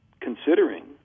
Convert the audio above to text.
considering